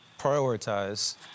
prioritize